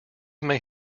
may